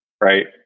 right